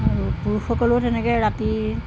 আৰু পুৰুষসকলেও তেনেকৈ ৰাতি